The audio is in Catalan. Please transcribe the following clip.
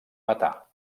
matar